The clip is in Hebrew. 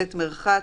בית מרחץ,